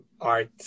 art